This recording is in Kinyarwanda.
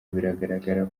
biragaragara